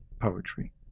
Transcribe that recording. poetry